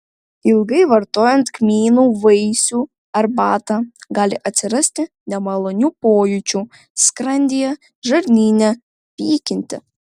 ilgai vartojant kmynų vaisių arbatą gali atsirasti nemalonių pojūčių skrandyje žarnyne pykinti